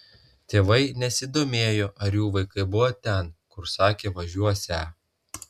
tėvai nesidomėjo ar jų vaikai buvo ten kur sakė važiuosią